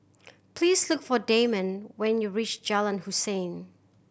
please look for Dameon when you reach Jalan Hussein